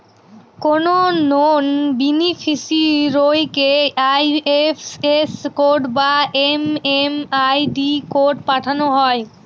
কোনো নন বেনিফিসিরইকে IFS code বা এম.এম.আই.ডি কোড পাঠানো হয়